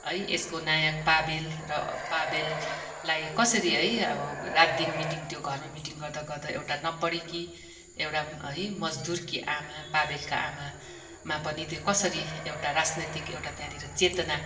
है यसको नायक पाबेल र पाबेललाई कसरी है अब रातदिन है मिटिङ त्यो घरमा मिटिङ गर्दा गर्दा एउटा नपढेकी एउटा है मजदुरकी आमा पाबेलको आमामा पनि त्यो कसरी एउटा राजनैतिक एउटा त्यहाँनिर चेतना